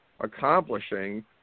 accomplishing